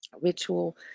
ritual